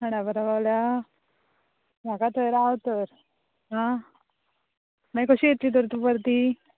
खांडेपारा पावल्या म्हाका थंय राव तर आं मागीर कशी येतली तर तूं परती